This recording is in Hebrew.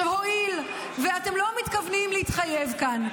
עכשיו, הואיל שאתם לא מתכוונים להתחייב כאן,